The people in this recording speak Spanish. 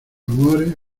amores